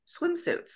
swimsuits